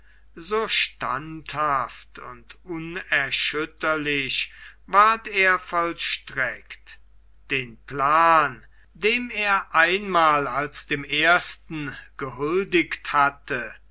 so standhaft und unerschütterlich ward er vollstreckt den plan dem er einmal als dem ersten gehuldigt hatte